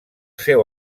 seu